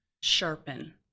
Sharpen